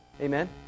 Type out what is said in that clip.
Amen